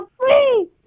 free